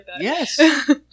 Yes